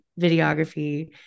videography